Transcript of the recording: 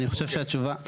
אני חושב שהתשובה,